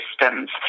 systems